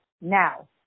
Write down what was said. Now